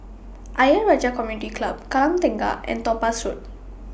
Ayer Rajah Community Club Kallang Tengah and Topaz Road